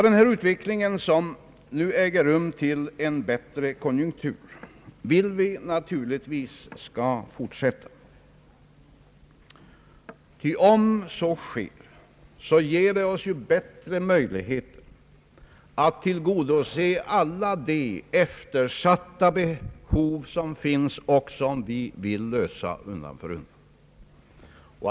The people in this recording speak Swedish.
Den utveckling som nu äger rum mot en bättre konjunktur vill vi naturligtvis skall fortsätta, ty det ger oss bättre möjligheter att tillgodose alla de eftersatta behov som nu finns och som vi undan för undan vill tillgodose.